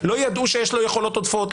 לא ידעו שיש לו יכולות עודפות,